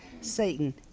Satan